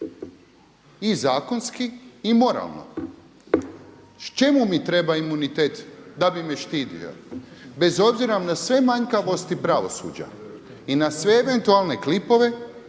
i zakonski i moralno. Čemu mi treba imunitet da bi me štitio bez obzira na sve manjkavosti pravosuđa i na sve eventualne klipove